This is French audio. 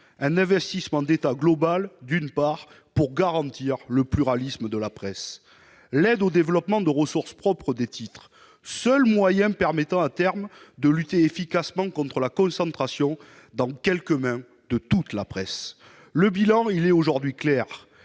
d'un investissement d'État global pour garantir le pluralisme de la presse. L'aide au développement de ressources propres des titres est le seul moyen permettant à terme de lutter efficacement contre la concentration de toute la presse dans quelques mains. Le bilan est aujourd'hui clair